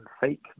fake